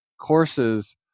courses